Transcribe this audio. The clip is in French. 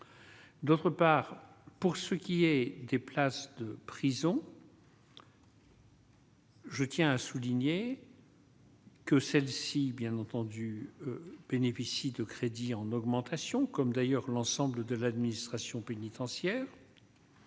d'autre part pour ce qui est des places de prison. Je tiens à souligner. Que celle-ci, bien entendu, bénéficient de crédits en augmentation, comme d'ailleurs l'ensemble de l'administration pénitentiaire.